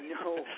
No